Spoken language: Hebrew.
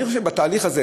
אני חושב שבתהליך הזה,